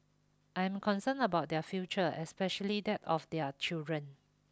I am concerned about their future especially that of their children